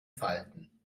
falten